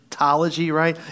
Right